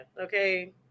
okay